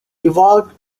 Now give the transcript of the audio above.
evolved